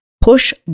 push